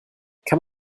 kann